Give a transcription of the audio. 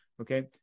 Okay